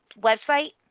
website